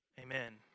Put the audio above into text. amen